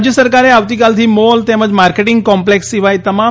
રાજ્ય સરકારે આવતીકાલથી મોલ તેમજ માર્કેટિંગ કોમ્પલેક્ષ સિવાય તમામ